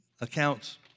accounts